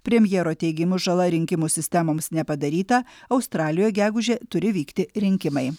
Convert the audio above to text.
premjero teigimu žala rinkimų sistemoms nepadaryta australijoje gegužę turi vykti rinkimai